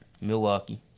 Milwaukee